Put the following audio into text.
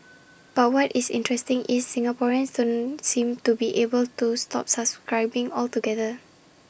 but what is interesting is Singaporeans don't seem to be able to stop subscribing altogether